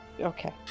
Okay